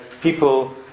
people